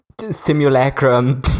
simulacrum